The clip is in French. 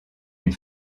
une